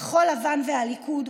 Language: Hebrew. כחול לבן והליכוד,